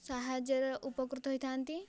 ସାହାଯ୍ୟ ର ଉପକୃତ ହୋଇଥାନ୍ତି